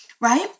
right